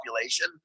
population